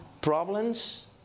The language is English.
problems